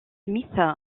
smith